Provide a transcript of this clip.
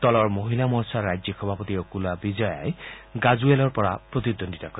দলৰ মহিলা মৰ্চাৰ ৰাজ্যিক সভাপতি আকুলা বিজয়া গাজুৱেলৰ পৰা প্ৰতিদ্বন্দ্বিতা কৰিব